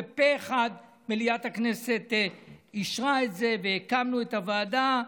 ופה אחד מליאת הכנסת אישרה את זה והקמנו את הוועדה.